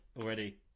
already